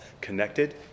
connected